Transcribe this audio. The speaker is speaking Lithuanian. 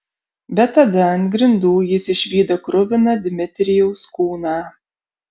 bet tada ant grindų jis išvydo kruviną dmitrijaus kūną